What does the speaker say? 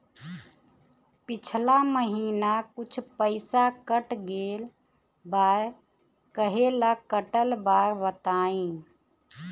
पिछला महीना कुछ पइसा कट गेल बा कहेला कटल बा बताईं?